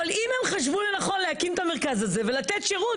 אבל אם הם מצאו לנכון להקים את המרכז הזה ולתת שירות,